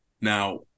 Now